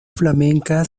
flamenca